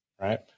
Right